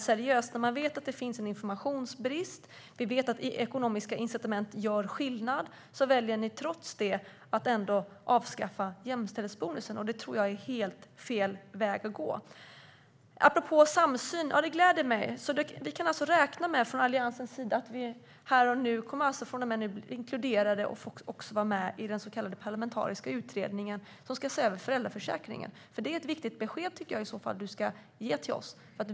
Trots att vi vet att det finns informationsbrist och att ekonomiska incitament gör skillnad väljer ni att avskaffa jämställdhetsbonusen. Det tror jag är helt fel väg att gå. Apropå samsyn gläder det mig att Alliansen kan räkna med att bli inkluderade i den parlamentariska utredning som ska se över föräldraförsäkringen. Det är ett viktigt besked till oss.